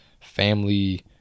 family